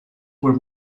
were